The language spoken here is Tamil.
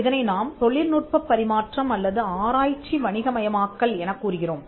இதனை நாம் தொழில்நுட்பப் பரிமாற்றம் அல்லது ஆராய்ச்சி வணிகமயமாக்கல் எனக் கூறுகிறோம்